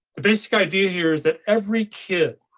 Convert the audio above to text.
basic idea here is that every kid,